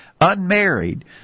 unmarried